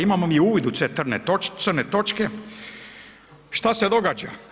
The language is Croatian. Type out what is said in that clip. Imamo mi uvid u te crne točke, šta se događa?